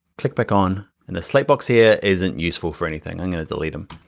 click back on. and the slide box here, isn't useful for anything. i'm gonna delete him.